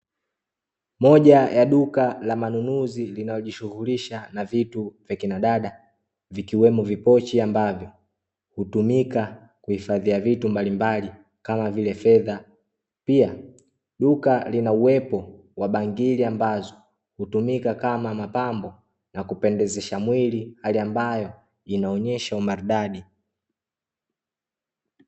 Moja ya duka la manunuzi linalojishughulisha na vitu vya kinadada, vikiwemo vipochi ambavyo hutumika kuhifadhia vitu mbalimbali kama vile fedha. Pia duka lina uwepo wa bangili, ambazo hutumika kama mapambo na kupendezesha mwili, hali ambayo inaonyesha umardadi.